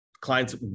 clients